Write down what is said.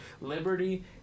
Liberty